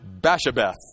Bashabeth